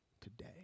today